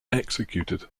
executed